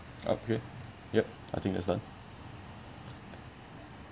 upgrade yup I think that's done